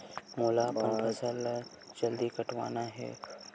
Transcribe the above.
मोला अपन फसल ला जल्दी कटवाना हे?